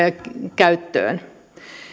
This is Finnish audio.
käyttöön